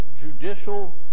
judicial